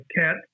CAT